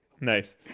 Nice